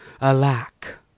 alack